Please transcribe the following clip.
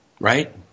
right